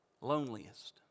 loneliest